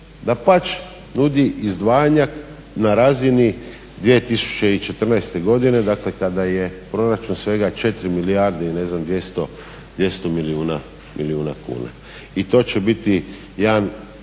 Dapače, nudi izdvajanja na razini 2014. godine, dakle kada je proračun svega 4 milijarde i ne znam 200 milijuna kuna. I to će biti jedan